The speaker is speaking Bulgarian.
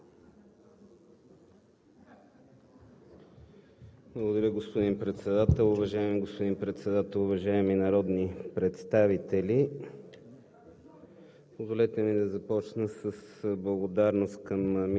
Благодаря, господин Председател. Уважаеми господин Председател, уважаеми народни представители!